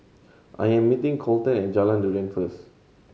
I am meeting Kolten at Jalan Durian first